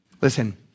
Listen